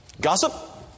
gossip